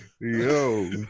yo